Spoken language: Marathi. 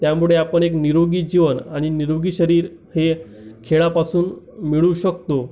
त्यामुळे आपण एक निरोगी जीवन आणि निरोगी शरीर हे खेळापासून मिळू शकतो